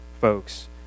folks